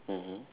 mmhmm